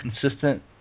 consistent